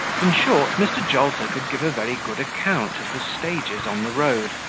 in short, mr. jolter could give a very good account of the stages on the road,